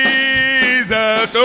Jesus